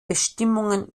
bestimmungen